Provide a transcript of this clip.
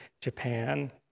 Japan